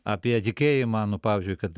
apie tikėjimą nu pavyzdžiui kad